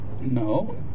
No